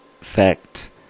fact